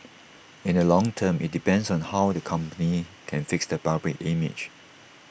in the long term IT depends on how the company can fix their public image